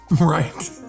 Right